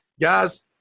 Guys